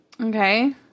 Okay